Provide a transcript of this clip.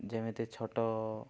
ଯେମିତି ଛୋଟ